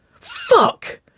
Fuck